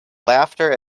laughter